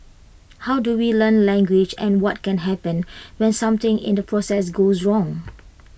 how do we learn language and what can happen when something in the process goes wrong